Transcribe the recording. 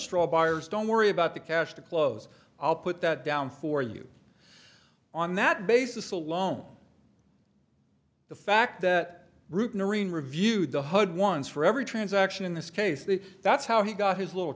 straw buyers don't worry about the cash to close i'll put that down for you on that basis alone the fact that route noreen reviewed the hud once for every transaction in this case the that's how he got his little